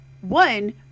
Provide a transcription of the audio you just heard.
One